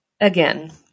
Again